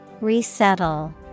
Resettle